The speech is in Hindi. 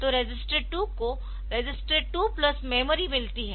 तो रजिस्टर 2 को रजिस्टर 2 प्लस मेमोरी मिलती है